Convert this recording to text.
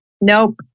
Nope